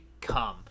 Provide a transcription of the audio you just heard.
come